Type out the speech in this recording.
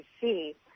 see